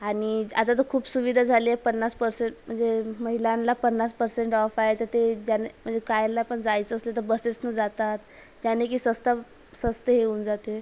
आणि आता तर खूप सुविधा झाली आहे पन्नास पर्सेंट म्हणजे महिलान्ला पन्नास पर्सेंट ऑफ आहे तर ते ज्यांना म्हणजे कायला पण जायचं असेल तर बसेसने जातात त्यांनी की सस्ता सस्ते हे होऊन जाते